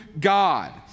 God